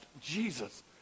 Jesus